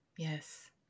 Yes